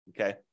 okay